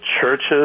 churches